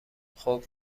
خوب